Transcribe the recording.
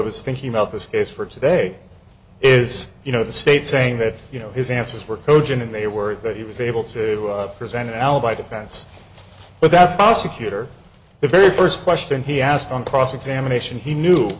was thinking about this case for today is you know the state saying that you know his answers were cogent and they were that he was able to present an alibi defense but that prosecutor the very first question he asked on cross examination he knew